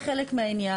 זה חלק מהעניין.